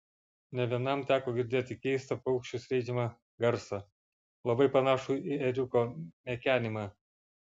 ne vienam teko girdėti keistą paukščių skleidžiamą garsą labai panašų į ėriuko mekenimą